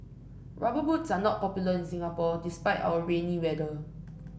rubber boots are not popular in Singapore despite our rainy weather